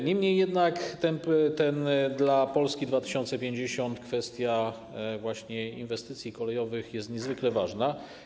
Niemniej jednak dla Polski 2050 kwestia właśnie inwestycji kolejowych jest niezwykle ważna.